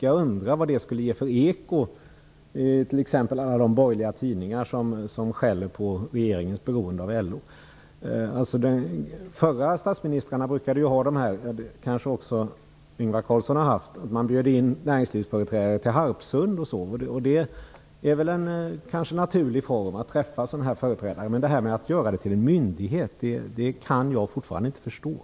Jag undrar vad det skulle ge för eko, t.ex. i alla de borgerliga tidningar som skäller på regeringens beroende av LO. Tidigare statsministrar brukade - kanske också Ingvar Carlsson gör det - bjuda in näringslivsföreträdare till Harpsund. Det kanske är en naturlig form för möten med sådana här företrädare. Men jag kan fortfarande inte förstå att man har inrättat denna myndighet.